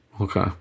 Okay